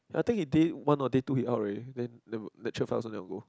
I think he day one or day two he out already then never lecture five also never go